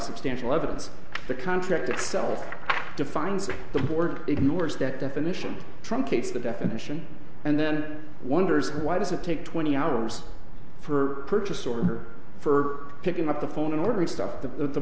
substantial evidence the contract itself defines the board ignores that definition truncates the definition and then wonders why does it take twenty hours for purchase order for her picking up the phone and ordering stuff the